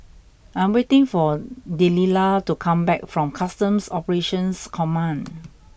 I'm waiting for Delila to come back from Customs Operations Command